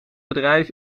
bedrijf